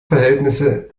verhältnisse